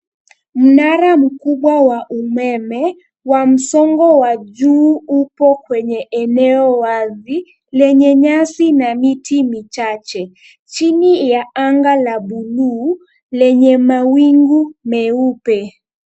Mnara mkubwa wa umeme wa msongo wa juu upo kwenye eneo wazi lenye nyasi na miti michache, chini ya anga la buluu lenye mawingu meupe.